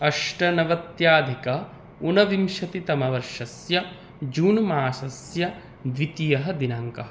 अष्टनवत्यधिक ऊनविंशतितमवर्षस्य जूण् मासस्य द्वितीयः दिनाङ्कः